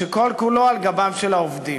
שכל כולו על גבם של העובדים.